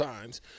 times